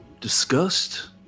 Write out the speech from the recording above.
disgust